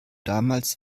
damals